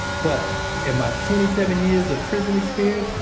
but in my twenty seven years of prison experience,